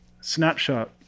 snapshot